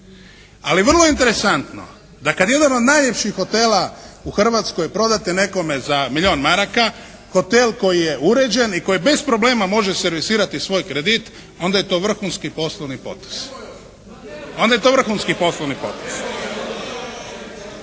Ali vrlo interesantno da kad jedan od najljepših hotela u Hrvatskoj prodate nekome za milijun maraka hotel koji je uređen i koji bez problema može servisirati svoj kredit onda je to vrhunski poslovni potez. …/Upadica se ne čuje./… Hoćemo